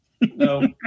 No